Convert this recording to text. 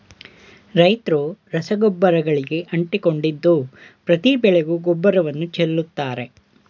ರೈತ್ರು ರಸಗೊಬ್ಬರಗಳಿಗೆ ಅಂಟಿಕೊಂಡಿದ್ದು ಪ್ರತಿ ಬೆಳೆಗೂ ಗೊಬ್ಬರವನ್ನು ಚೆಲ್ಲುತ್ತಾರೆ